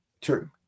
True